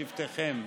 שבטיכם,